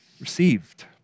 received